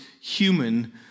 human